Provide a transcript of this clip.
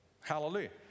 hallelujah